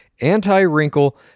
anti-wrinkle